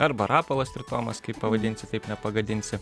arba rapolas ir tomas kaip pavadinsi taip nepagadinsi